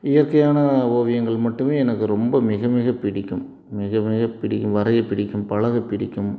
இயற்கையான ஓவியங்கள் மட்டுமே எனக்கு ரொம்ப மிக மிக பிடிக்கும் மிக மிக பிடிக்கும் வரைய பிடிக்கும் பழக பிடிக்கும்